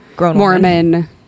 Mormon